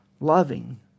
loving